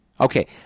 Okay